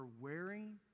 wearing